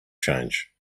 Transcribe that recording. change